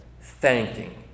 thanking